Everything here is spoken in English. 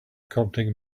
coptic